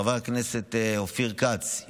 חבר הכנסת אופיר כץ,